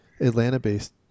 Atlanta-based